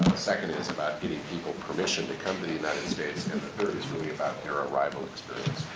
second is about getting people permission to come to the united states, and the third is really about their arrival experience.